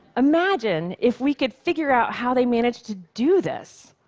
imagine if we could figure out how they managed to do this.